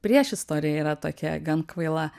priešistorė yra tokia gan kvaila